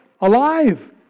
alive